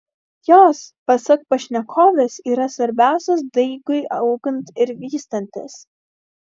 jos pasak pašnekovės yra svarbiausios daigui augant ir vystantis